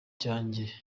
cyanjye